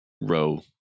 row